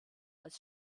als